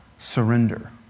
surrender